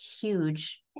huge